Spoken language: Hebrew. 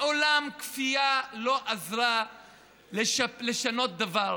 מעולם כפייה לא עזרה לשנות דבר,